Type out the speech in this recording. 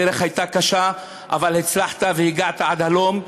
הדרך הייתה קשה, אבל הצלחת והגעת עד הלום.